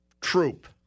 troop